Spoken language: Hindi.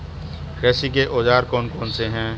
कृषि के औजार कौन कौन से हैं?